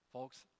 Folks